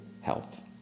health